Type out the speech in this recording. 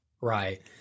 Right